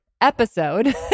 episode